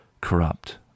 corrupt